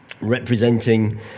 representing